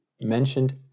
mentioned